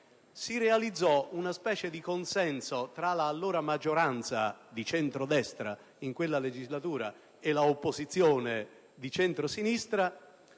si realizzò una specie di consenso tra l'allora maggioranza di centrodestra e l'opposizione di centrosinistra